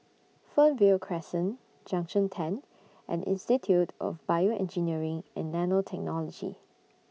Fernvale Crescent Junction ten and Institute of Bioengineering and Nanotechnology